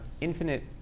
infinite